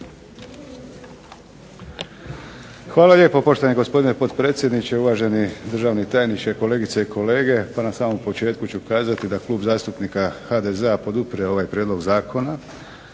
Hvala lijepo poštovani gospodine potpredsjedniče, uvaženi državni tajniče, kolegice i kolege. Pa na samom početku ću kazati da Klub zastupnika HDZ-a podupire ovaj prijedlog zakona.